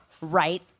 right